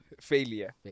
Failure